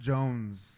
Jones